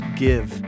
give